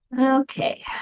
Okay